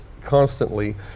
constantly